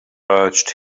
urged